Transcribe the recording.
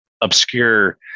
obscure